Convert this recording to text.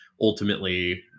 Ultimately